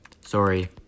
Sorry